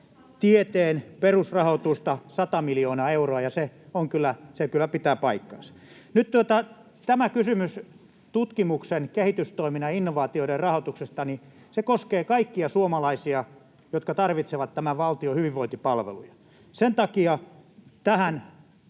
tieteen perusrahoitusta 100 miljoonaa euroa, ja se kyllä pitää paikkansa. Nyt tämä kysymys tutkimuksen kehitystoiminnan ja innovaatioiden rahoituksesta koskee kaikkia suomalaisia, jotka tarvitsevat tämän valtion hyvinvointipalveluja. Sen takia tähän